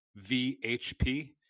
vhp